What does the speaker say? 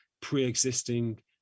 pre-existing